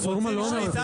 הרפורמה לא אומרת את זה.